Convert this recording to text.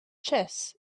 chess